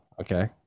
Okay